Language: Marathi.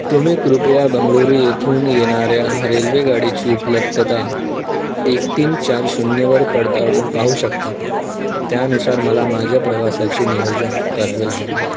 तुम्ही कृपया बंगळुरू येथून येणाऱ्या रेल्वे गाडीची उपलब्धता एक तीन चार शून्यवर पडताळून पाहू शकता का त्यानुसार मला माझ्या प्रवासाचे नियोजन करावे लागेल